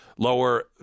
Lower